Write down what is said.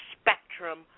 spectrum